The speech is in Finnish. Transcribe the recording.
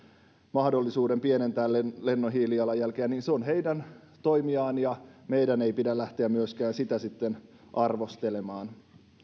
mahdollisuuden pienentää lennon hiilijalanjälkeä niin se on heidän toimiaan ja meidän ei pidä lähteä myöskään sitä sitten arvostelemaan